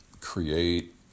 create